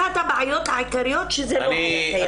אחת הבעיות העיקריות היא שזה לא היה קיים מקודם.